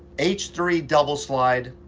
h three double slide,